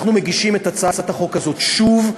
ואנחנו מגישים את הצעת החוק הזאת שוב,